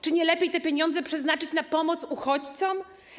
Czy nie lepiej te pieniądze przeznaczyć na pomoc uchodźcom?